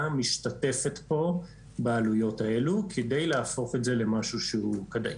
משתתפת פה בעלויות האלה כדי להפוך את זה למשהו שהוא כדאי.